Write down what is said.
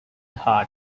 hart